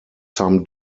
some